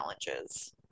challenges